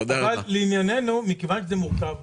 אבל מכיוון שזה מורכב ומסובך,